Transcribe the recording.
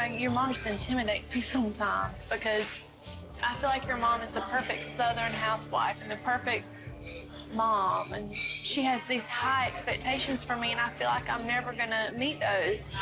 ah your mom just intimidates me sometimes. because i feel like your mom is the perfect southern housewife, or and the perfect mom. and she has these high expectations for me, and i feel like i'm never gonna meet those.